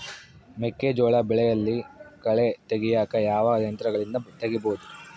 ಮೆಕ್ಕೆಜೋಳ ಬೆಳೆಯಲ್ಲಿ ಕಳೆ ತೆಗಿಯಾಕ ಯಾವ ಯಂತ್ರಗಳಿಂದ ತೆಗಿಬಹುದು?